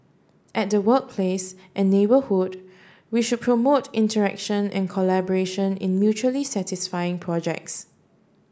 at the workplace and neighbourhood we should promote interaction and collaboration in mutually satisfying projects